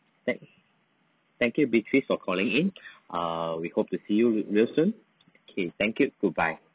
thank thank you beatrice for calling in err we hope to see you re~ real soon okay thank you goodbye